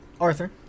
Arthur